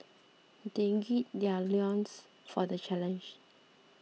they gird their loins for the challenge